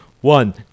one